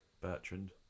Bertrand